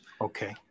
Okay